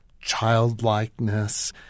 childlikeness